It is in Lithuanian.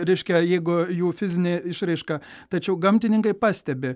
reiškia jeigu jų fizinė išraiška tačiau gamtininkai pastebi